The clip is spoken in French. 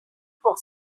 pour